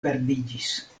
perdiĝis